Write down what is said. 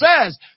says